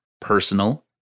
personal